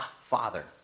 Father